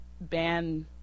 ban